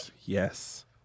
Yes